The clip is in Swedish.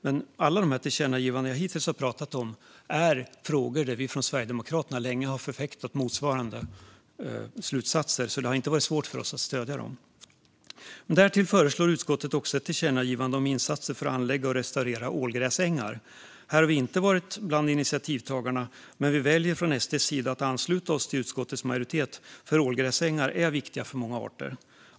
Men alla de tillkännagivanden som jag hittills har pratat om rör frågor där vi från Sverigedemokraternas sida länge har förfäktat motsvarande slutsatser, så det har inte varit svårt för oss att stödja dem. Därtill föreslår utskottet ett tillkännagivande om insatser för att anlägga och restaurera ålgräsängar. Här har vi inte varit bland initiativtagarna, men vi väljer från SD:s sida att ansluta oss till utskottets majoritet eftersom ålgräsängar är viktiga för många arter.